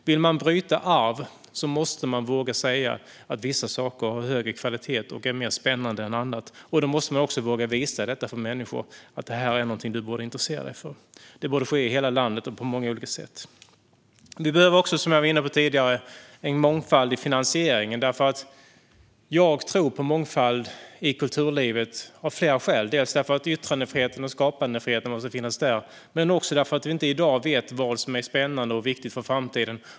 Vill man bryta arv måste man våga säga att vissa saker håller högre kvalitet och är mer spännande än andra. Man måste också våga visa detta för människor - detta är något du borde intressera dig för. Det borde ske i hela landet och på många olika sätt. Vi behöver också, som jag var inne på tidigare, en mångfald i finansieringen. Jag tror på mångfald i kulturlivet av flera skäl, dels därför att yttrandefriheten och skapandefriheten måste finnas där, dels därför att vi inte i dag vet vad som är spännande och viktigt för framtiden.